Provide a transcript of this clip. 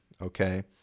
okay